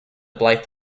blyth